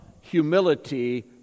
humility